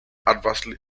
adversely